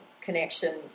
connection